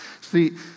See